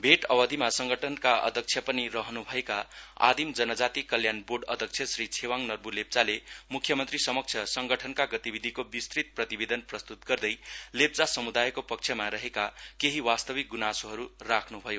भेट अवधिमा संगठनका अध्यक्ष पनि रहनु भएका आदिम जनजाति कल्याण बोर्ड अध्यक्ष श्री छेवाङ नर्बु लेप्चाले मुख्यमन्त्री समक्ष संगठनका गतिविधिको विस्तृत प्रतिवेदन प्रस्तुत गर्दै लेप्चा समुदायको पक्षमा रहेका केही वास्तविक गुनासोहरू राख्नु भयो